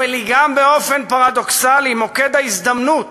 היא גם, באופן פרדוקסלי, מוקד ההזדמנות